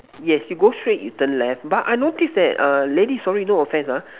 yes you go straight you turn left but I notice that err lady sorry no offence ah